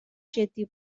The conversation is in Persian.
جدی